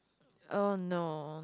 oh no